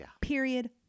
period